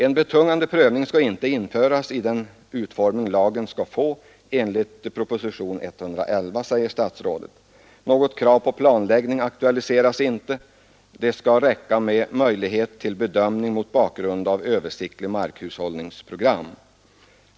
En betungande prövning skall inte införas med den utformning lagen får enligt propositionen 111, säger statsrådet. Något krav på planläggning aktualiseras inte — det skall räcka med möjlighet till bedömning mot bakgrund av översiktliga mark hushållningsprogram.